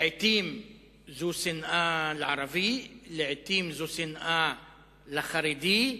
לעתים זו שנאה לערבי, לעתים זו שנאה לחרדי,